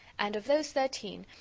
and of those thirteen,